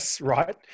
Right